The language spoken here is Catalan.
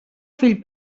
fill